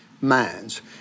minds